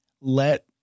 let